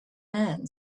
man